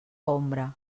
ombra